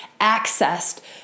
accessed